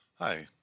Hi